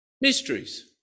mysteries